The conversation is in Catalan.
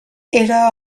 era